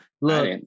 Look